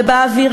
השמאל